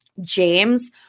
james